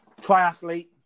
triathlete